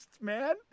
man